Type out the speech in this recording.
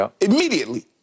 Immediately